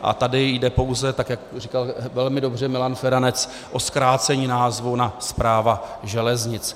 A tady jde pouze, jak říkal velmi dobře Milan Feranec, o zkrácení názvu na Správa železnic.